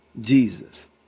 Jesus